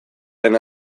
lehen